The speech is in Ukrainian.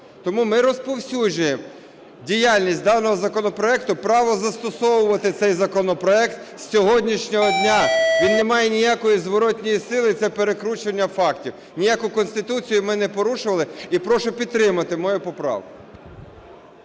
Тому ми розповсюджуємо діяльність даного законопроекту і право застосовувати цей законопроект з сьогоднішнього дня, він не має ніякої зворотної сили. І це перекручування фактів, ніяку Конституцію ми не порушували. І прошу підтримати мою поправку.